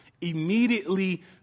Immediately